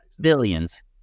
Billions